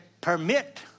permit